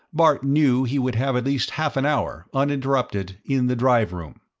bart knew he would have at least half an hour, uninterrupted, in the drive room.